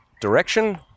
direction